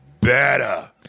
better